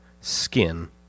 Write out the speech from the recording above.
skin